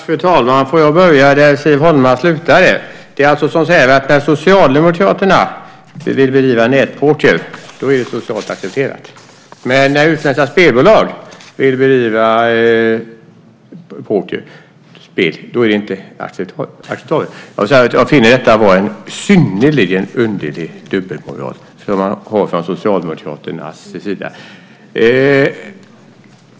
Fru talman! Jag börjar där Siv Holma slutade. När Socialdemokraterna vill bedriva nätpoker är det socialt accepterat. När utländska spelbolag vill bedriva pokerspel är det inte acceptabelt. Jag finner detta vara en synnerligen underlig dubbelmoral från Socialdemokraternas sida.